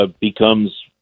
becomes